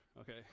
Okay